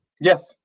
Yes